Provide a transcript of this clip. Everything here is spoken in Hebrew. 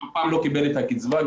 הוא לא קיבל את הקצבה,